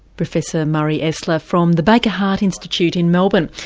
professor murray esler from the baker heart institute in melbourne.